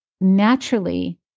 naturally